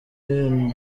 and